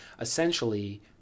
essentially